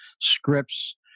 scripts